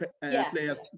players